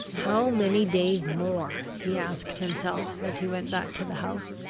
how many days more? he asked himself, as he went back to the house.